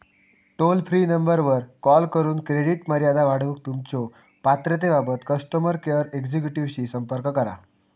toll free नंबरवर call करून credit मर्यादा वाढवूक तुमच्यो पात्रतेबाबत कस्टमर केअर एक्झिक्युटिव्हशी संपर्क करा